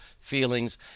feelings